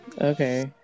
Okay